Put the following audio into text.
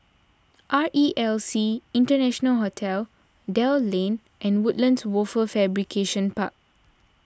R E L C International Hotel Dell Lane and Woodlands Wafer Fabrication Park